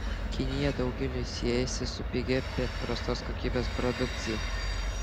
kinija daugeliui siejasi su pigia bet prastos kokybės produkcija